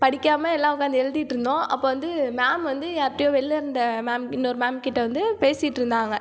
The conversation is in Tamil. படிக்காமல் எல்லாம் உக்காந்து எழுதிட்ருந்தோம் அப்போ வந்து மேம் வந்து யார்கிட்டையோ வெளில இருந்த மேம் இன்னொரு மேம் கிட்ட வந்து பேசிட்டு இருந்தாங்க